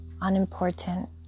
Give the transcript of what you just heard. unimportant